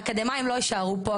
האקדמאים לא יישארו פה,